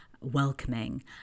welcoming